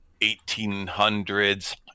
1800s